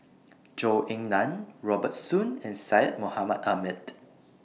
Zhou Ying NAN Robert Soon and Syed Mohamed Ahmed